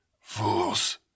Fools